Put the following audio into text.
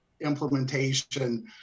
implementation